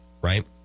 right